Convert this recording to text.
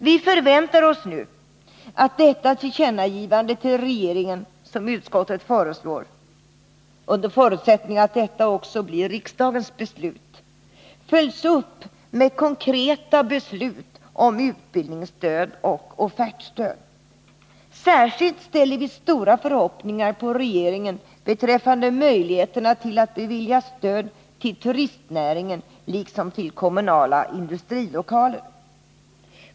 Vi förväntar oss nu att det tillkännagivande till regeringen som utskottet föreslår, under förutsättning att detta också blir riksdagens beslut, följs upp med konkreta beslut om utbildningsstöd och offertstöd. Särskilt ställer vi stora förhoppningar på regeringen beträffande möjligheterna att bevilja stöd till turistnäringen liksom till kommunala industrilokaler.